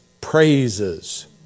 praises